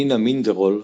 נינה מינדרול,